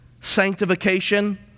sanctification